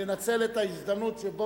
לנצל את ההזדמנות שבה